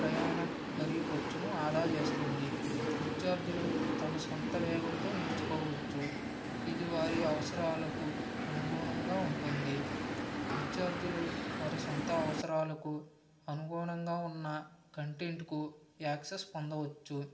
ప్రయాణం మరియు ఖర్చును ఆదా చేస్తుంది విద్యార్థులు తమ సొంత వేగంతో నేర్చుకోవచ్చు ఇది వారి అవసరాలకు అనుగుణంగా ఉంటుంది విద్యార్థులు వారి సొంత అవసరాలకు అనుగుణంగా ఉన్న కంటెంట్కు యాక్సస్ పొందవచ్చు